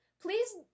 please